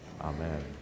Amen